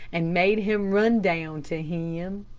and made him run down to him.